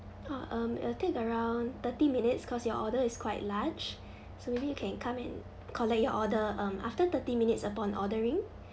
oh um it will take around thirty minutes cause your order is quite large so maybe you can come and collect your order um after thirty minutes upon ordering